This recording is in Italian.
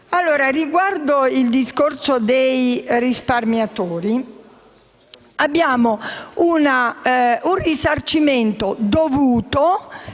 Riguardo al discorso dei risparmiatori, abbiamo un risarcimento dovuto,